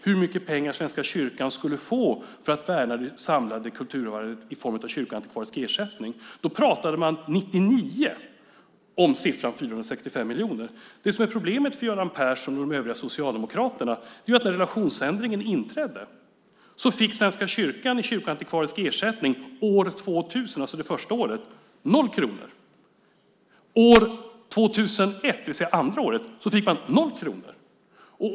Hur mycket pengar Svenska kyrkan skulle få för att värna det samlande kulturarvet i form av kyrkoantikvarisk ersättning var en av de saker man diskuterade i samband med relationsändringen. År 1999 pratade man om siffran 465 miljoner. Det som är problemet för Göran Persson och övriga socialdemokrater är att när relationsändringen trädde i kraft fick Svenska kyrkan i kyrkoantikvarisk ersättning det första året, alltså år 2000, noll kronor. År 2001, det vill säga andra året, fick man noll kronor.